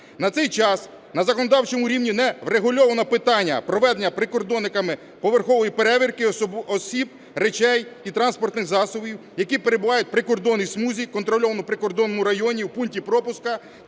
На цей час на законодавчому рівні не врегульовано питання проведення прикордонниками поверхової перевірки осіб, речей і транспортних засобів, які перебувають в прикордонній смузі, контрольованому прикордонному районі, в пункті пропуску